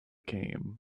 came